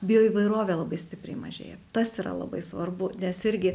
bioįvairovė labai stipriai mažėja tas yra labai svarbu nes irgi